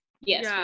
yes